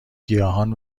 گیاهان